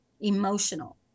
emotional